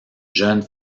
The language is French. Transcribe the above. jeune